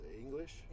English